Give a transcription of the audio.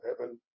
heaven